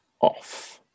off